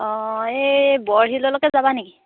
অঁ এই বৰশিললৈকে যাবা নেকি